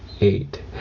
eight